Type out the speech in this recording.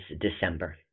December